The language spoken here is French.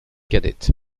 cadette